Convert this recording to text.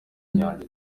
inyanja